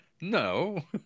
no